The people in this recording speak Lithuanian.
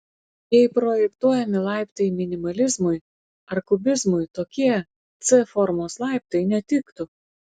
jei projektuojami laiptai minimalizmui ar kubizmui tokie c formos laiptai netiktų